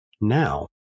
Now